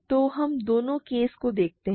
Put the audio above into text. तो हम दोनों केस को देखते हैं